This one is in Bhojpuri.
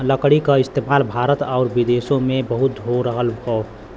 लकड़ी क इस्तेमाल भारत आउर विदेसो में बहुत हो रहल हौ